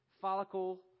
follicle